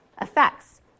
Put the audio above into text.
effects